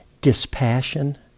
dispassion